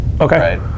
Okay